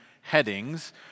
headings